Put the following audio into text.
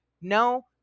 no